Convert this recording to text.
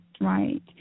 right